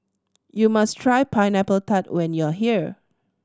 you must try Pineapple Tart when you are here